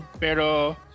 pero